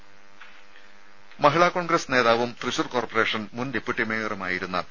രുമ മഹിളാ കോൺഗ്രസ് നേതാവും തൃശൂർ കോർപ്പറേഷൻ മുൻ ഡെപ്യൂട്ടി മേയറും ആയിരുന്ന പി